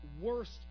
worst